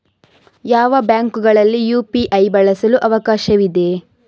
ಯಾವ ಬ್ಯಾಂಕುಗಳಲ್ಲಿ ಯು.ಪಿ.ಐ ಬಳಸಲು ಅವಕಾಶವಿದೆ?